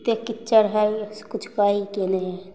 एतेक किच्चड़ हइ से किछु कहैके नहि हइ